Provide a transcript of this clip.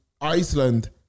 Iceland